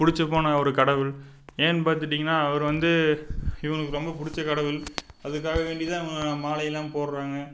பிடிச்சிப்போன ஒரு கடவுள் ஏன் பார்த்துட்டிங்கன்னா அவர் வந்து இவங்களுக்கு ரொம்ப பிடிச்ச கடவுள் அதுக்காக வேண்டி தான் மாலையிலாம் போடுறாங்க